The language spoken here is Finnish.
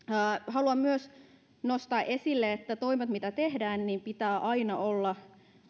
haluan myös nostaa esille että niiden toimien joita tehdään pitää aina olla